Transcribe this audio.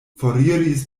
foriris